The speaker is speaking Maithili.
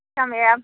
सङ्गे आयब